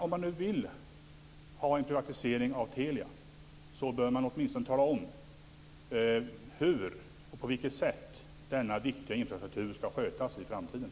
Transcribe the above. Om man nu vill ha en privatisering av Telia bör man åtminstone tala om på vilket sätt denna viktiga infrastruktur skall skötas i framtiden.